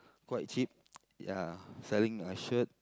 quite cheap ya selling a shirt